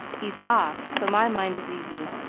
he's off, so my mind is easy,